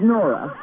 Nora